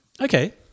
Okay